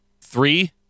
three